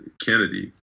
Kennedy